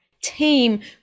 team